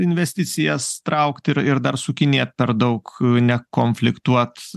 investicijas traukt ir ir dar su kinija per daug nekonfliktuot